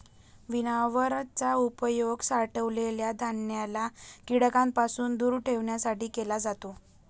winnower चा उपयोग साठवलेल्या धान्याला कीटकांपासून दूर ठेवण्यासाठी केला जातो